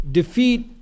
defeat